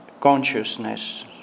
consciousness